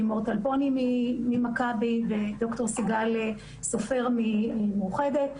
לימור טל פוני ממכבי וד"ר סיגל סופר ממאוחדת.